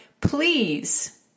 please